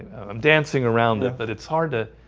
i'm dancing around it, but it's hard to